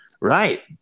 Right